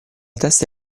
testa